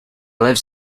lives